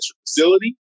facility